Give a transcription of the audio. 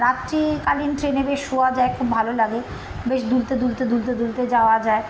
রাত্রিকালীন ট্রেনে বেশ শোওয়া যায় খুব ভালো লাগে বেশ দুলতে দুলতে দুলতে দুলতে যাওয়া যায়